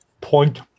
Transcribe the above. point